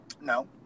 No